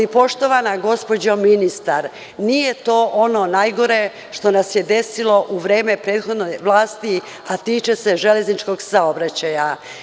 Ali, poštovana gospođo ministar, nije to ono najgore što nam se desilo u vreme prethodne vlasti, a tiče se železničkog saobraćaja.